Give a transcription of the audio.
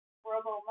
Robo